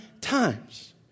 times